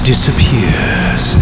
disappears